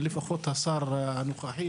לפחות השר הנוכחי,